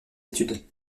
études